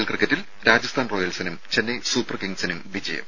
L ക്രിക്കറ്റിൽ രാജസ്ഥാൻ റോയൽസിനും Chennai super കിംഗ്സിനും വിജയം